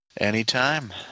Anytime